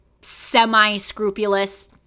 semi-scrupulous